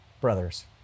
brothers